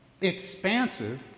expansive